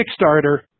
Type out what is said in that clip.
Kickstarter